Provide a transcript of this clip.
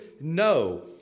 no